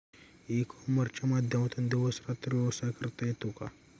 E कॉमर्सच्या माध्यमातून दिवस रात्र व्यवसाय करता येतो का?